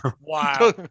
Wow